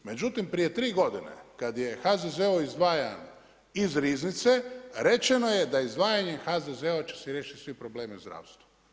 Međutim, prije 3 godine, kad je HZZO izdvaja iz riznice, rečeno je da je izdvajanje HZZO će se riješiti svi problemi u zdravstvu.